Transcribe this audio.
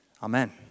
Amen